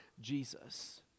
Jesus